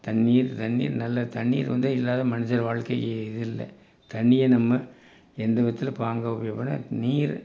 தண்ணீர் தண்ணீர் நல்ல தண்ணீர் வந்து இல்லாத மனிதர் வாழ்க்கைக்கு இது இல்லை தண்ணியை நம்ம எந்தவிதத்தில் பாங்காக உபயோகப்பட்னா நீர்